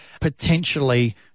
potentially